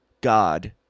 God